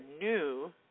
new